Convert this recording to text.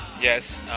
Yes